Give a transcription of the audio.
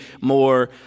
more